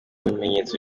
bimenyetso